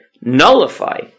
nullify